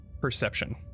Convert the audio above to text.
perception